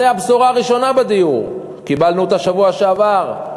זו הבשורה הראשונה בדיור, קיבלנו אותה בשבוע שעבר,